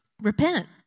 Repent